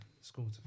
school